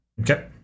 Okay